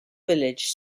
village